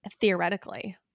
theoretically